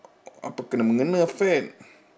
apa kene mengene fat